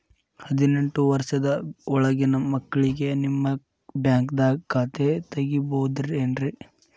ಹದಿನೆಂಟು ವರ್ಷದ ಒಳಗಿನ ಮಕ್ಳಿಗೆ ನಿಮ್ಮ ಬ್ಯಾಂಕ್ದಾಗ ಖಾತೆ ತೆಗಿಬಹುದೆನ್ರಿ?